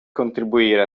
contribuire